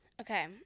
okay